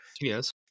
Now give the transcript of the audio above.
Yes